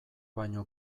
baino